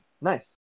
Nice